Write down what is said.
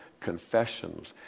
confessions